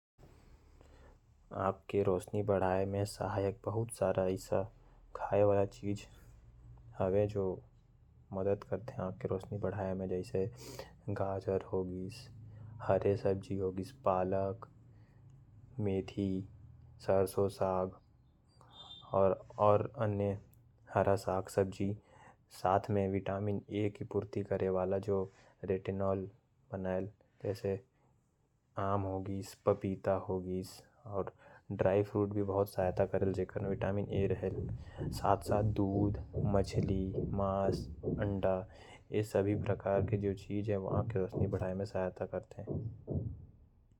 आंख के रोशनी बढ़ाए में बहुत सारा खाए। के समान है जो उपयोगी होयल। जैसे गाजर, हरा सब्जी, मेथी, सरसों साग। आम, पपीता, और विटामिन ए वाला। मछली और भी बहुत सारा चीज है।